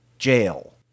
jail